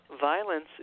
Violence